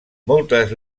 moltes